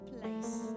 place